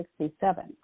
1967